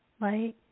light